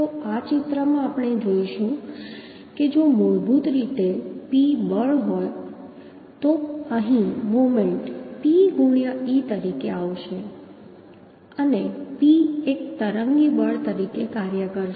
તો આ ચિત્રમાં આપણે જોઈશું કે જો મૂળભૂત રીતે P બળ હશે તો અહીં મોમેન્ટ P ગુણ્યા e તરીકે આવશે અને P એક તરંગી બળ તરીકે અહીં કાર્ય કરશે